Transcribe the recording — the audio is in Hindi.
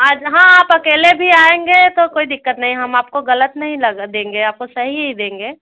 आज हाँ आप अकेले भी आएँगे तो कोई दिक़्क़त नहीं हम गलत नहीं लगा देंगे आपको सही ही देंगे